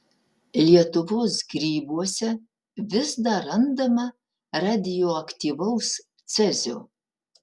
lietuvos grybuose vis dar randama radioaktyvaus cezio